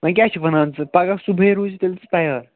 وۅنۍ کیٛاہ چھُکھ وَنان ژٕ پَگاہ صبُحٲے روٗزِ ژٕ تیٚلہِ تَیار